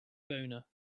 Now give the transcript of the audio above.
boner